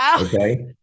Okay